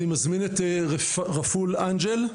אני מזמין את רפול אנגל,